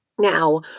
Now